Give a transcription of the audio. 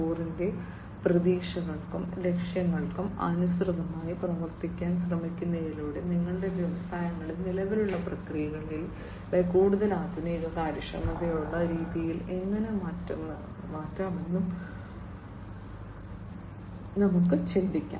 0 ന്റെ പ്രതീക്ഷകൾക്കും ലക്ഷ്യങ്ങൾക്കും അനുസൃതമായി പ്രവർത്തിക്കാൻ ശ്രമിക്കുന്നതിലൂടെ നിങ്ങളുടെ വ്യവസായങ്ങളിൽ നിലവിലുള്ള പ്രക്രിയകളെ കൂടുതൽ ആധുനിക കാര്യക്ഷമതയുള്ള രീതിയിൽ എങ്ങനെ മാറ്റാമെന്നും നിങ്ങൾക്ക് ചിന്തിക്കാം